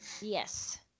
Yes